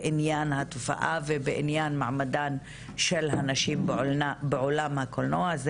בעניין התופעה ובעניין מעמדן של הנשים בעולם הקולנוע.